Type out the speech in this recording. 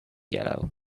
yellow